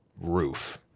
roof